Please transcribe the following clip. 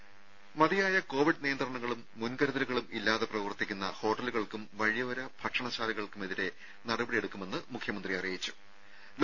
രുര മതിയായ കോവിഡ് നിയന്ത്രണങ്ങളും മുൻകരുതലുകളും ഇല്ലാതെ പ്രവർത്തിക്കുന്ന ഹോട്ടലുകൾക്കും വഴിയോര ഭക്ഷണശാലകൾക്കും എതിരെ നടപടിയെടുക്കുമെന്ന് മുഖ്യമന്ത്രി പിണറായി വിജയൻ അറിയിച്ചു